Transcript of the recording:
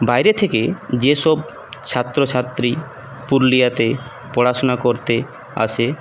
বাইরে থেকে যে সব ছাত্র ছাত্রী পুরুলিয়াতে পড়াশুনা করতে আসে